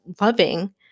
loving